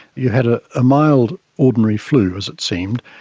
you had a ah mild ordinary flu, as it seemed,